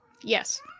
Yes